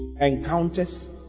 Encounters